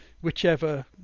whichever